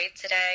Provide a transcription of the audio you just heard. today